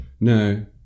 No